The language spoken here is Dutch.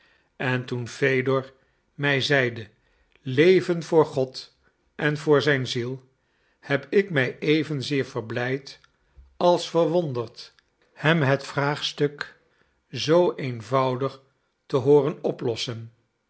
en toen fedor mij zeide leven voor god en voor zijn ziel heb ik mij evenzeer verblijd als verwonderd hem het vraagstuk zoo eenvoudig te hooren oplossen